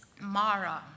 Mara